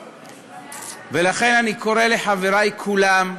ולכן, אני קורא לחברי כולם,